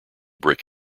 brick